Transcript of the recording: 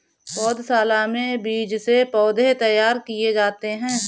पौधशाला में बीज से पौधे तैयार किए जाते हैं